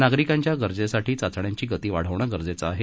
नागरिकांच्या गरजेसाठी चाचण्यांची गती वाढविणं गरजेचं आहे